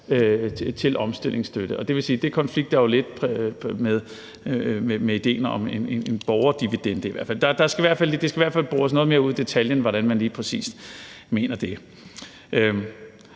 vil sige, at det jo konflikter lidt med idéen om en borgerdividende. Det skal i hvert fald bores noget mere ud i detaljen, hvordan man lige præcis mener det.